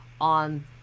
on